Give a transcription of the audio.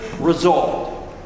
result